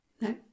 no